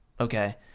okay